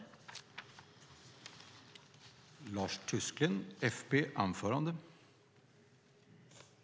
I detta anförande instämde Stina Bergström .